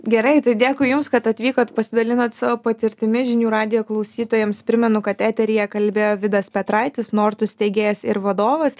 gerai tai dėkui jums kad atvykot pasidalinot savo patirtimi žinių radijo klausytojams primenu kad eteryje kalbėjo vidas petraitis nortus steigėjas ir vadovas